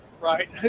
right